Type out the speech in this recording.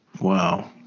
Wow